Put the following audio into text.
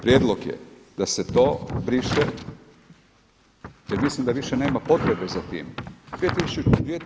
Prijedlog je da se to briše, jer mislim da više nema potrebe za time.